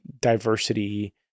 diversity